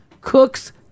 cooks